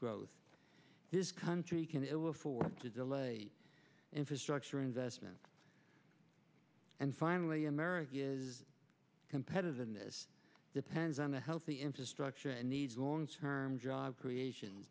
growth his country can ill afford to delay infrastructure investment and finally american competitiveness depends on a healthy infrastructure and needs long term job creation